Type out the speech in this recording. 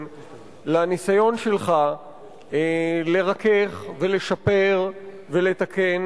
מנכסיה, גם החברתיים וגם הערכיים,